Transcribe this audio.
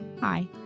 Hi